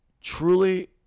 truly